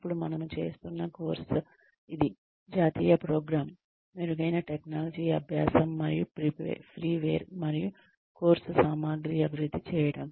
ఇప్పుడు మనము చేస్తున్న కోర్స్ ఇది జాతీయ ప్రోగ్రామ్ మెరుగైన టెక్నాలజీ అభ్యాసం మరియు ఫ్రీవేర్ మరియు కోర్సు సామగ్రి అభివృద్ధి చేయడం